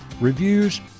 Reviews